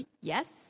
Yes